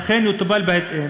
אכן טופלו בהתאם,